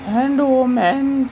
mans womans